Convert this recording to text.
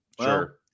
sure